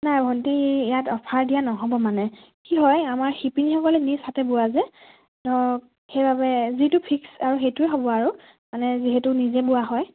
নাই ভণ্টি ইয়াত অ'ফাৰ দিয়া নহ'ব মানে কি হয় আমাৰ শিপিনীসকলে নিজ হাতে বোৱা যে ধৰক সেইবাবে যিটো ফিক্স আৰু সেইটোৱে হ'ব আৰু মানে যিহেতু নিজেই বোৱা হয়